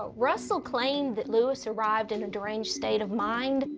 russell claimed that lewis arrived in a deranged state of mind.